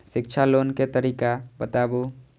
शिक्षा लोन के तरीका बताबू?